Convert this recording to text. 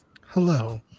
Hello